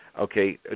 Okay